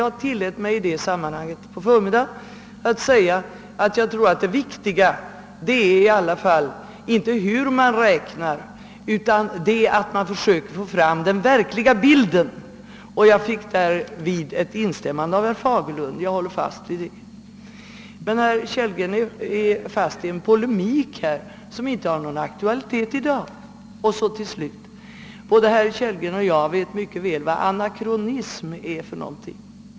Jag tillät mig på förmiddagen att säga att jag tror att det viktiga inte är hur man räknar i det sammanhanget utan att man försöker få fram den verkliga bilden. Jag fick därvid ett instämmande från herr Fagerlund. Jag håller fast vid detta. Men herr Kellgren är fast i en polemik som inte har någon aktualitet i dag. Och så till slut: både herr Kellgren och jag vet mycket väl vad anakronism är för någonting.